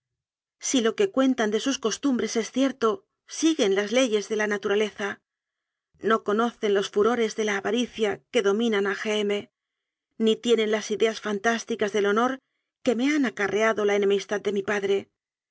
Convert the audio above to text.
si lo que cuentan de sus costumbres es cierto siguen las leyes de la na turaleza no conocen los furores de la avaricia que do minan a g m ni tienen las ideas fantásticas del honor que me han acarreado la enemistad de mi padre